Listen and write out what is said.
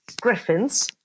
griffins